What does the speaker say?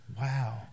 Wow